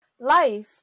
Life